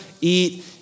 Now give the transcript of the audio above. eat